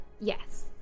Yes